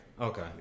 Okay